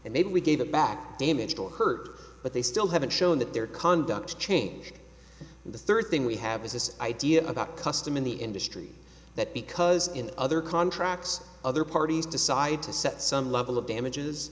maybe we gave them back damaged or hurt but they still haven't shown that their conduct change the third thing we have is this idea about custom in the industry that because in other contracts other parties decide to set some level of damages